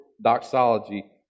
doxology